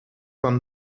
van